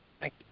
Thank